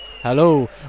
Hello